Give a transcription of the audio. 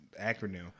acronym